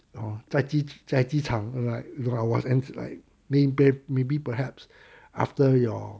oh 在机在机场 like you I was like maybe maybe perhaps after your